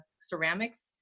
ceramics